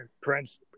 Prince